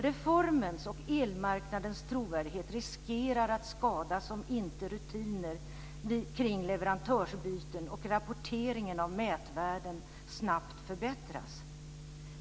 Reformens och elmarknadens trovärdighet riskerar att skadas om inte rutiner kring leverantörsbyten och rapporteringen av mätvärden snabbt förbättras.